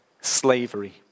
slavery